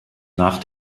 nach